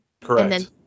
Correct